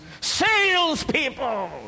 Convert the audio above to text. salespeople